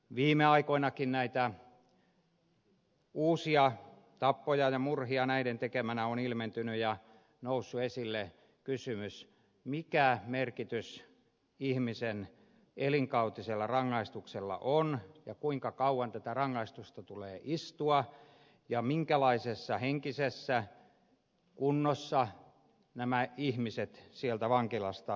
viime aikoinakin näitä uusia tappoja ja murhia näiden tekeminä on ilmentynyt ja on noussut esille kysymys mikä merkitys ihmisen elinkautisella rangaistuksella on ja kuinka kauan tätä rangaistusta tulee istua ja minkälaisessa henkisessä kunnossa nämä ihmiset sieltä vankilasta vapautuvat